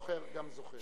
זוכר גם זוכר.